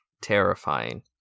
terrifying